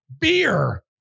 beer